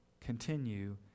continue